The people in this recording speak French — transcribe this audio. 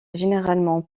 généralement